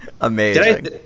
Amazing